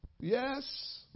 Yes